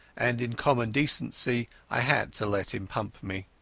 and in common decency i had to let him pump me.